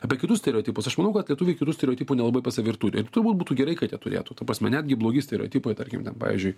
apie kitus stereotipus aš manau kad lietuviai kitų stereotipų nelabai pas save ir turi ir turbūt būtų gerai kad jie turėtų ta prasme netgi blogi stereotipai tarkim ten pavyzdžiui